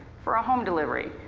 for a home delivery,